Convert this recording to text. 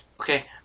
Okay